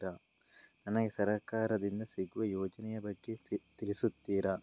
ನನಗೆ ಸರ್ಕಾರ ದಿಂದ ಸಿಗುವ ಯೋಜನೆ ಯ ಬಗ್ಗೆ ತಿಳಿಸುತ್ತೀರಾ?